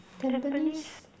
tampines